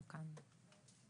אנחנו כאן.